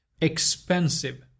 expensive